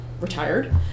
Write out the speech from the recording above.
retired